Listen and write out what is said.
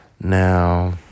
Now